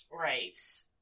Right